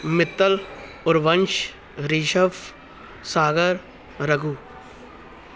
Mittal Aurvansh Rishav Sagar Raghu